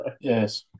Yes